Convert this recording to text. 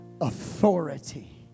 authority